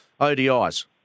ODIs